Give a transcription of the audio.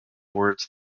words